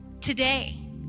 Today